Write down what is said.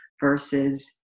versus